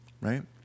right